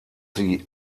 sie